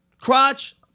crotch